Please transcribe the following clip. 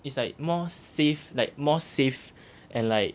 is like more safe like more safe and like